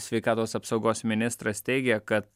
sveikatos apsaugos ministras teigė kad